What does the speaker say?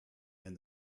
and